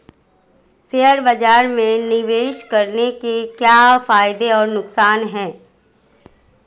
Share बाज़ार में निवेश करने के क्या फायदे और नुकसान हैं?